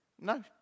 No